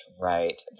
right